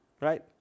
right